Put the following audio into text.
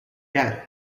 data